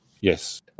Yes